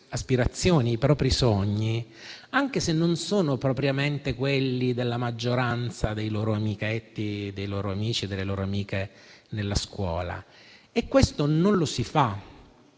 aspirazioni e i propri sogni anche se non sono propriamente quelli della maggioranza dei loro amici e delle loro amiche di scuola, e questo non lo si fa.